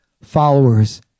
followers